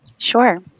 Sure